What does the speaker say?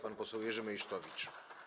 Pan poseł Jerzy Meysztowicz.